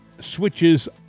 switches